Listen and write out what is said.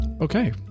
Okay